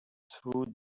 through